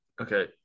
Okay